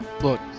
Look